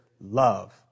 love